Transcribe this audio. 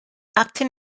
upton